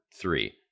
three